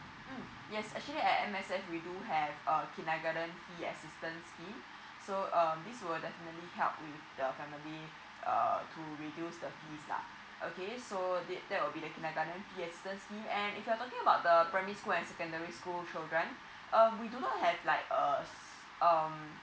mm yes actually at M_S_F we do have uh kindergarten fees assistance scheme so um this will definitely help with the family uh to reduce the fees lah okay so tha~ that will be the kindergarten fee assistance scheme and if you're talking about the primary school and secondary school children um we do not have like uh um